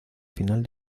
final